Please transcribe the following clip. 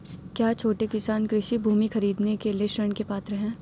क्या छोटे किसान कृषि भूमि खरीदने के लिए ऋण के पात्र हैं?